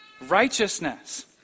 Righteousness